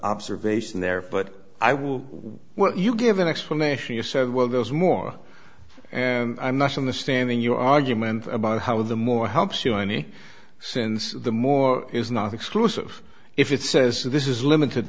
observation there but i will when you give an explanation you said well there's more i'm not on the stand in your argument about how the more helps you any since the more is not exclusive if it says this is limited